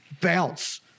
bounce